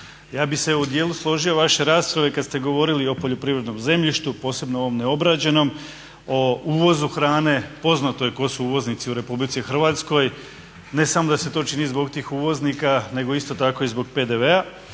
Ja bih se u dijelu složio vaše rasprave kad ste govorili o poljoprivrednom zemljištu, posebno ovom neobrađenom, o uvozu hrane. Poznato je tko su uvoznici u RH. Ne samo da se to čini zbog tih uvoznika nego isto tako i zbog PDV-a.